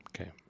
Okay